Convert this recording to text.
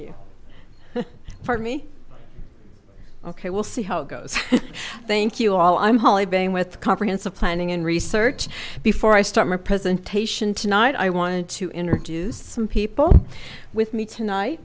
for me okay we'll see how it goes thank you all i'm holly bang with comprehensive planning and research before i start my presentation tonight i wanted to introduce some people with me tonight